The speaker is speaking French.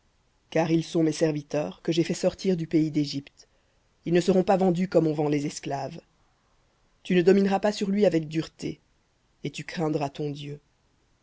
car ils sont mes serviteurs que j'ai fait sortir du pays d'égypte ils ne seront pas vendus comme on vend les esclaves tu ne domineras pas sur lui avec dureté et tu craindras ton dieu